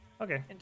Okay